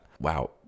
Wow